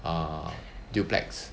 err duplex